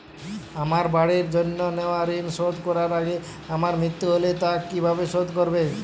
আমার বাড়ির জন্য নেওয়া ঋণ শোধ করার আগে আমার মৃত্যু হলে তা কে কিভাবে শোধ করবে?